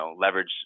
leverage